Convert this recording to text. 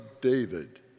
David